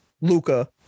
Luca